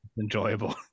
Enjoyable